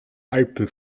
alpen